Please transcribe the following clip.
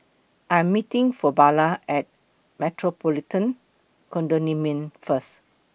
I Am meeting Fabiola At The Metropolitan Condominium First